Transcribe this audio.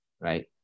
right